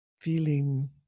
feeling